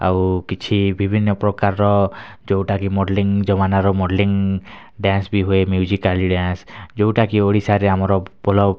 ଆଉ କିଛି ବିଭିନ୍ନ ପ୍ରକାରର ଯଉଟା କି ମଡ଼ଲିଂ ଜମାନାର ମଡ଼ଲିଂ ଡ଼ାନ୍ସ୍ ବି ହୁଏ ମ୍ୟୁଜିକାଲ୍ ଡ଼ାନ୍ସ୍ ଯେଉଟାକି ଓଡ଼ିଶାରେ ଆମର ପୋଲ